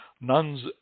Nuns